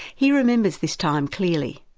he remembers this time clearly.